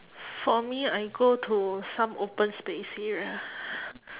for me I go to some open space area